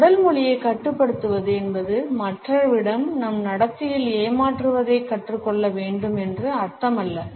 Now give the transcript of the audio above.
நம் உடல் மொழியைக் கட்டுப்படுத்துவது என்பது மற்றவர்களிடம் நம் நடத்தையில் ஏமாற்றுவதைக் கற்றுக்கொள்ள வேண்டும் என்று அர்த்தமல்ல